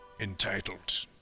entitled